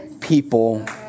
people